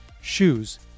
shoes